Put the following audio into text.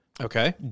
Okay